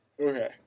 Okay